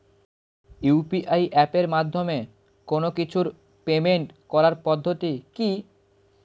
UPI এপের মাধ্যমে কোন কিছুর পেমেন্ট করার পদ্ধতি কি?